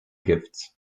gifts